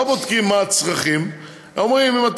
לא בודקים מה הצרכים אלא אומרים: אם אתה